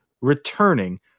returning